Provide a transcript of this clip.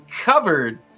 covered